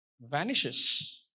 vanishes